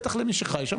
בטח למי שחי שם,